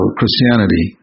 Christianity